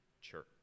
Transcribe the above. church